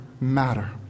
matter